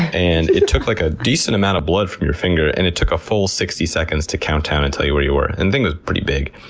and it took like a decent amount of blood from your finger, and it took a full sixty seconds to count down and tell you where you were. the and thing was pretty big.